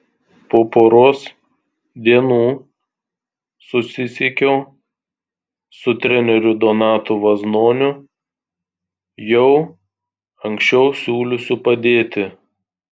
po poros dienų susisiekiau su treneriu donatu vaznoniu jau anksčiau siūliusiu padėti